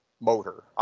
motor